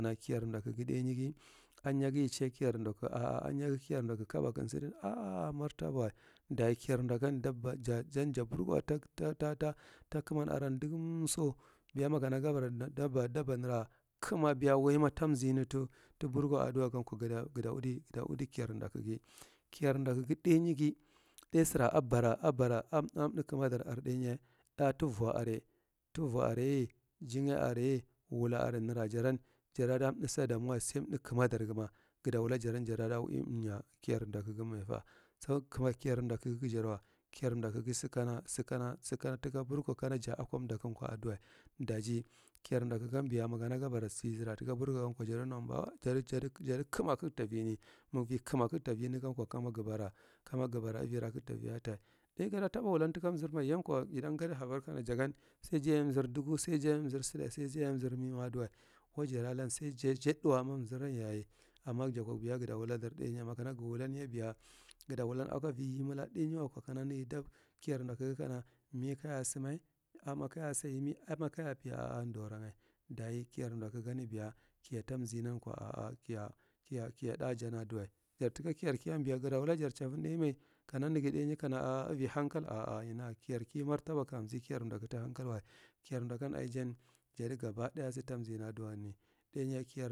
Ihiyar mdakugi ɗainigi, a hanyagi i ce kiyar mdaku, a’a ahanyagi kiyar mdaku ka kabaku sadi a a martabawa, dayi kiyar mdakan dabba. Jan, ja burgawa ta, ta ta kaman aran dagamso biya makan ga bara dabba nara kama biya waima tamzini ta burgogan kwa, gada udi kiyar makugi. Kiyar mdakugi ɗainigi, ɗai sara a bara, abara ab, amɗakamaar are ɗaiy, ɗa tuvwa are, tuvwa, are jingai are, wula are nara jaran jararaa mɗu sdamwaye, sai mɗa kamadar gama, gada wula jaran jara ui ɗamnya kiyar mdukugamefa sas kama a kyar mdakugi gaja dawa. Kiyar mdakugi sakana, sakana, sakana taka burgowa kala ja akwa mdakankwa aduwa, daji ki yar kdakugan aduwa, daji, kiyar mdakugan diya makana jabara sara taka burgowa kwa, jadi numba, jadi, jadi jadi kama kagta vimi magvi kama kasta vinigankwa, kama ga bara, kama gabara ivira kagsa viata. Ɗai gada taba wulan taka amvirme. Yan kwa idanggadi habar kana jagan saija yu amzar dugu, sai ja amza saɗɗa, sai jaya amzar mima aduwa waijada lan sai jaye ja ɗuwa amzanan da wula ar ɗaiuya. Makana ga wulanye biya gada wulan aka ivi yimila ɗainyi wakwa, kana nasa ta kiyar mdakugi kana kama kaya sayimi, kamar kaya pi, mi kaya sama? A’a ndoranga, dayi kiyar mdakugan diya, kiya tamzinan kwa a’a kiya, kiya, kiya ɗa ja ada duwa. Jar taka kiyar kiyan biya gada wulajar cafanme, kana nanagi ɗainyi kana avi hankal a’a ina kiya ki marfaban ka mzi kiya mdaku ta hankal wa. Kiyar mdakan ajan jadi gba ɗaya sa tamzinaduwa. Ɗainya kayar.